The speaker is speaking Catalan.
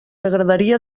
agradaria